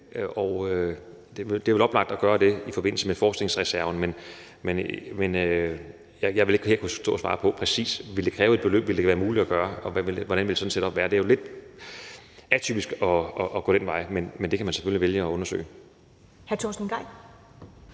er vel oplagt at gøre det i forbindelse med forskningsreserven? Men jeg vil ikke her kunne stå og svare præcist på: Vil det kræve et beløb? Vil det være muligt at gøre? Og hvordan vil sådan et setup være? Det er jo lidt atypisk at gå den vej, men det kan man selvfølgelig vælge at undersøge.